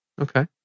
Okay